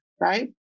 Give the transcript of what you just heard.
Right